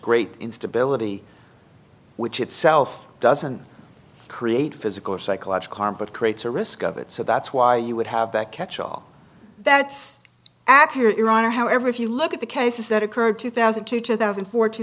great instability which itself doesn't create physical or psychological harm but creates a risk of it so that's why you would have that catch all that's accurate your honor however if you look at the cases that occurred two thousand to two thousand